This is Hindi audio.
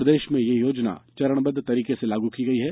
प्रदेश में यह योजना चरणबद्ध तरीके से लागू की गई है